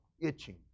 itching